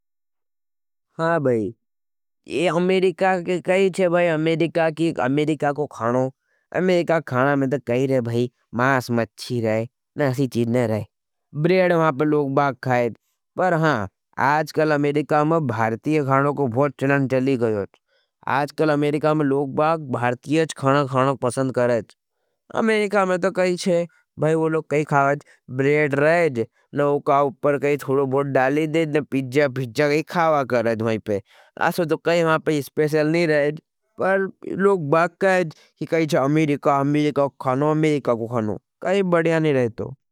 हाँ भाई, ये अमेरिका की कही छे भाई, अमेरिका की, अमेरिका को खानो, अमेरिका खाना में तो कही रहे। भाई, मास मच्ची रहे न असी चीज न रहे। ब्रेड वहाँ पर लोगबाग खाईत, पर हाँ, आजकल अमेरिका में भारतीय खानो को बहुत चलन चली गयोगए। आजकल अमेरिका में लोगबाग भारतीय खाना खाना पसंद करें अमेरिका में तो कही छे। भाई वो लोग कही खावा हजच, ब्रेड रहेज। न उका उपर कही थोड़ो भोट डाली देज, न पिज्जा पिज्जा कही खावा करें। भाईपे आजकल अमेरिका में लोगबाग भारतीय खाना खाना खाना पसंद करें। भारतीय खावा हजच, ब्रेड रहेज, न उका उपर कही खावा करें भाईपे।